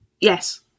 yes